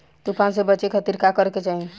तूफान से बचे खातिर का करे के चाहीं?